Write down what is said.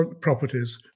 properties